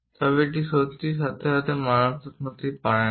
তবে এটি সত্যিই এর সাথে মানানসই হতে পারে না